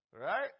Right